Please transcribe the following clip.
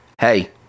hey